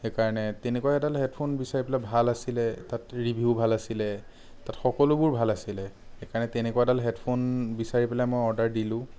সেইকাৰণে তেনেকুৱা এডাল হেডফোন বিচাৰি পেলাই ভাল আছিলে তাত ৰিভিউ ভাল আছিলে তাত সকলোবোৰ ভাল আছিলে সেইকাৰণে তেনেকুৱা এডাল হেডফোন বিচাৰি পেলাই মই অৰ্ডাৰ দিলোঁ